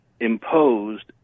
imposed